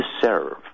serve